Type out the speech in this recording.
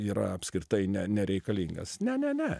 yra apskritai ne nereikalingas ne ne ne